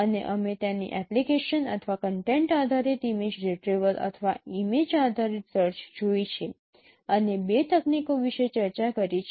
અને અમે તેની એપ્લિકેશન અથવા કન્ટેન્ટ આધારિત ઇમેજ રિટ્રીવલ અથવા ઇમેજ આધારિત સર્ચ જોઈ છે અને બે તકનીકો વિશેષ ચર્ચા કરી છે